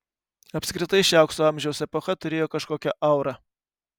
apskritai ši aukso amžiaus epocha turėjo kažkokią aurą